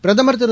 பிரதமர் திரு